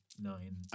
Nine